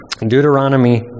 Deuteronomy